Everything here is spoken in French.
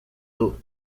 d’eau